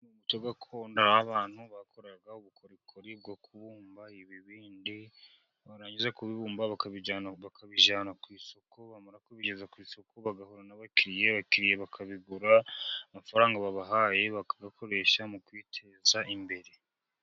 Umuco gakondo, aho abantu bakoraga ubukorikori bwo kubumba ibibindi. Barangiza kubibumba, bakabijyana ku isoko. Bamara kubigeza ku isoko, bagahura n’abakiriya. Abakiriya bakabigura, amafaranga babahaye bakayakoresha mu kwiteza imbere.